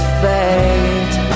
fate